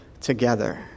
together